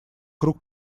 круг